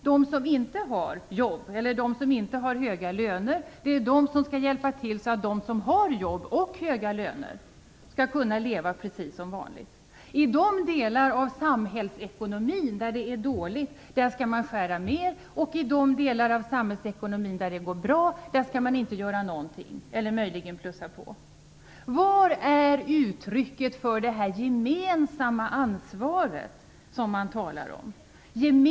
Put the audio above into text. De som inte har jobb eller höga löner skall hjälpa till så att de som har jobb och höga löner skall kunna leva precis som vanligt. I de delar av samhällsekonomin där det är dåligt skall man skära mer, och när det gäller de delar av samhällsekonomin där det går bra skall man inte göra någonting eller möjligen plussa på. Hur kommer det gemensamma ansvaret som man talar om till uttryck?